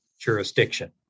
Jurisdiction